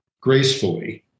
gracefully